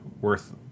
worth